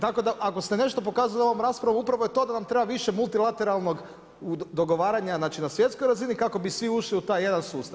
Tako da, ako ste nešto pokazali ovom raspravom upravo je to da nam treba više multilateralnog dogovaranja znači na svjetskoj razini kako bi svi ušli u taj jedan sustav.